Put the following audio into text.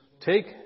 Take